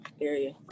area